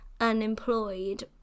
unemployed